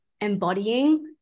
embodying